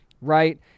right